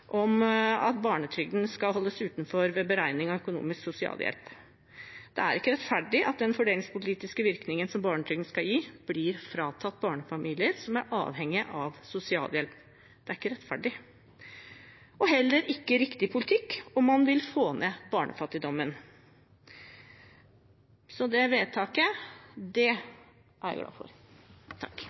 er ikke rettferdig at den fordelingspolitiske virkningen som barnetrygden skal gi, blir fratatt barnefamilier som er avhengige av sosialhjelp. Det er ikke rettferdig og heller ikke riktig politikk om man vil få ned barnefattigdommen. Så det vedtaket er jeg glad for.